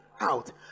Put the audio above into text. out